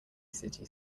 city